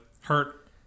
hurt